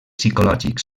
psicològics